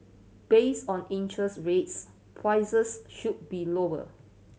based on interest rates prices should be lower